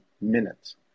minutes